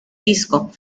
disco